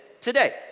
Today